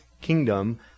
kingdom